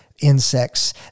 insects